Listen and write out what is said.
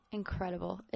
incredible